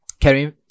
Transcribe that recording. Kevin